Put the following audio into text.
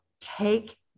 take